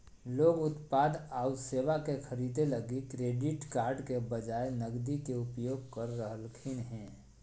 लोग उत्पाद आऊ सेवा के खरीदे लगी क्रेडिट कार्ड के बजाए नकदी के उपयोग कर रहलखिन हें